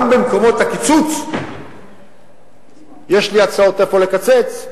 גם במקומות הקיצוץ יש לי הצעות איפה לקצץ,